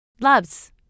Loves